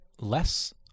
less